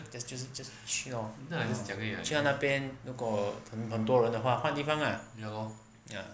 just 就是就是去 lor ah 去到那边如果很多人的话换地方啦 ya